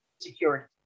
security